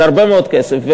זה הרבה מאוד כסף.